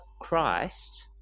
Christ